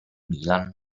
milan